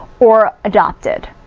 or adopted.